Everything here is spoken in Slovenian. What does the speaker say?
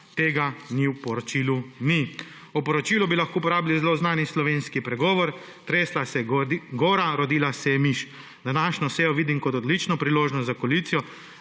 tega ni v poročilu. V poročilu bi lahko uporabljali zelo znan slovenski pregovor: Tresla se je gora, rodila se je miš. Današnjo sejo vidim kot odlično priložnost za koalicijo,